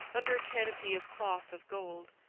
under canopy of cloth of gold.